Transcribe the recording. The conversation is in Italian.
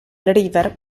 river